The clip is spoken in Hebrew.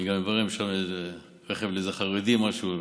אני גם אברר אם יש שם רכב לאיזה חרדי, משהו.